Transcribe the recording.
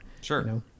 Sure